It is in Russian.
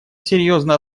серьезно